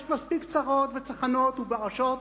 יש מספיק צרות, צחנות, באשות